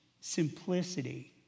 Simplicity